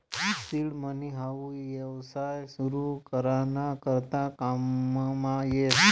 seed money हाऊ येवसाय सुरु करा ना करता काममा येस